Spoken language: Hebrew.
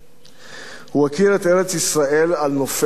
הוא הכיר את ארץ-ישראל על נופיה ואתריה,